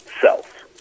self